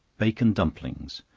bacon dumplings.